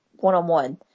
one-on-one